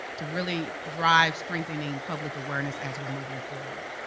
to really drive strengthening public awareness as we're moving forward.